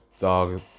dog